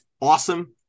awesome